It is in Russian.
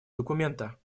документа